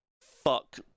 Fuck